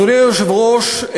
אדוני היושב-ראש,